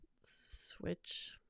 switch